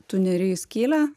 tu neri į skylę